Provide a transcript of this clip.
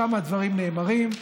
שם הדברים נאמרים.